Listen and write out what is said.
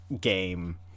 game